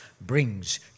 brings